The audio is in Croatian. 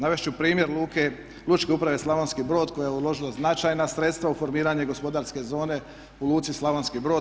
Navest ću primjer Lučke uprave Slavonski Brod koja je uložila značajna sredstva u formiranje gospodarske zone u luci Slavonski Brod.